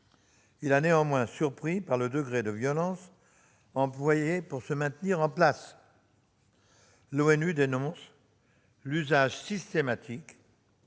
Il a néanmoins surpris par le degré de violence employé pour se maintenir en place. L'ONU dénonce l'usage systématique